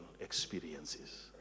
experiences